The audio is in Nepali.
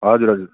हजुर हजुर